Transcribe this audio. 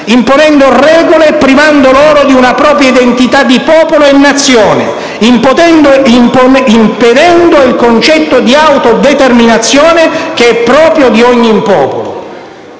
imponendo regole e privando loro di una propria identità di popolo e Nazione, impedendo il concetto di autodeterminazione che è proprio di ogni popolo.